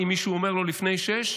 אם מישהו אומר לו לפני 18:00,